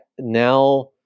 now